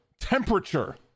temperature